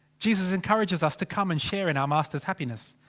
jesus encourages us to come and share in our masters happiness.